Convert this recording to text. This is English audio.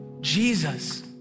Jesus